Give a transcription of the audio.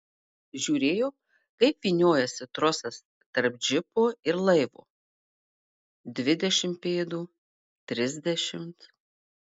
žiūrėjo kaip vyniojasi trosas tarp džipo ir laivo dvidešimt pėdų trisdešimt